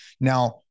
Now